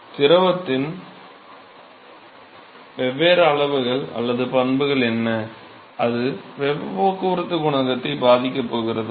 திரவத்தின் வெவ்வேறு அளவுகள் அல்லது பண்புகள் என்ன இது வெப்பப் போக்குவரத்து குணகத்தை பாதிக்கப் போகிறதா